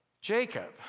Jacob